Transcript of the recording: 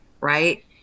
right